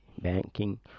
banking